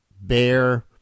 bear